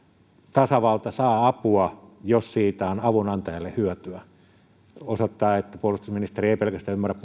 tasavalta saa apua jos siitä on avunantajalle hyötyä se osoittaa että puolustusministeri ei ymmärrä